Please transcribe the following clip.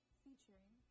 featuring